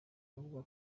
avuga